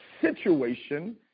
situation